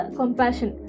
compassion